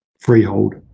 freehold